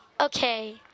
Okay